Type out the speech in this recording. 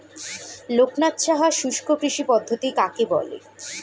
লোকনাথ সাহা শুষ্ককৃষি পদ্ধতি কাকে বলে?